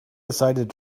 decided